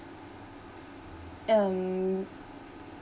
um